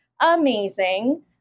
amazing